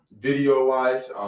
video-wise